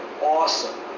awesome